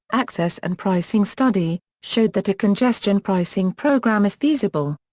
access and pricing study, showed that a congestion pricing program is feasible.